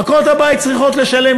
עקרות-הבית צריכות לשלם,